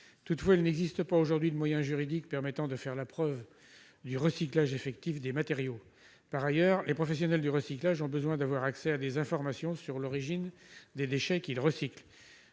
-, mais il n'existe pas aujourd'hui de moyen juridique permettant de faire la preuve du recyclage effectif des matériaux. Par ailleurs, les professionnels du recyclage ont besoin d'avoir accès à des informations sur l'origine des déchets qu'ils recyclent.